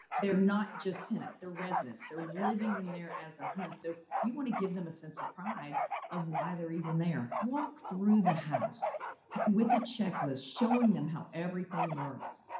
they're not just tenants, they're residents. they're living in there as their home, so you want to give them a sense of pride of why they're even there. walk through the house with a checklist, showing them how everything works.